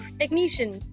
technician